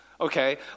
okay